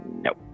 Nope